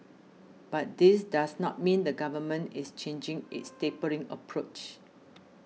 but this does not mean the Government is changing its tapering approach